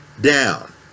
down